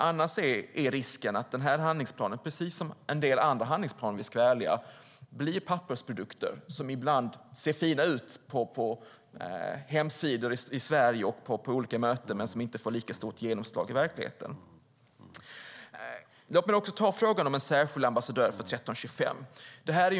Annars är risken att den här handlingsplanen, precis som en del andra handlingsplaner, om vi ska vara ärliga, blir pappersprodukter som ibland ser fina ut på hemsidor i Sverige och på olika möten men som inte får så stort genomslag i verkligheten. Låt mig också ta upp frågan om en särskild ambassadör för 1325.